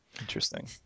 Interesting